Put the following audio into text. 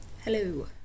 Hello